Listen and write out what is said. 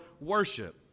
worship